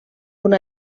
una